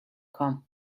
come